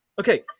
Okay